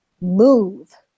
move